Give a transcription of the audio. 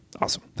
Awesome